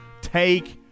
take